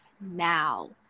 now